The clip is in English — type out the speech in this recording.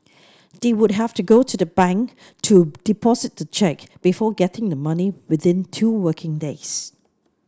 they would have to go to a bank to deposit the cheque before getting the money within two working days